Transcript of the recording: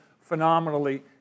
phenomenally